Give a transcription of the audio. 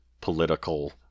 political